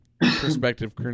perspective